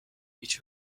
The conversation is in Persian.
هیچ